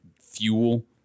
fuel